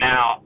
Now